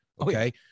Okay